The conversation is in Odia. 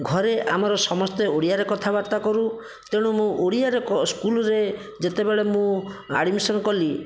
ଘରେ ଆମର ସମସ୍ତେ ଓଡ଼ିଆରେ କଥାବାର୍ତ୍ତା କରୁ ତେଣୁ ମୁଁ ଓଡ଼ିଆରେ କ ସ୍କୁଲରେ ଯେତେବେଳେ ମୁଁ ଆଡ଼ମିସନ୍ କଲି